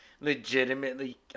legitimately